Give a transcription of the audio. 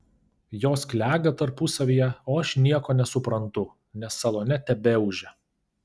jos klega tarpusavyje o aš nieko nesuprantu nes salone tebeūžia